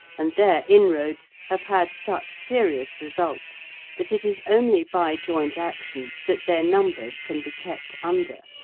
and their inroads have had such serious results that it is only by joint action that their numbers can be kept under.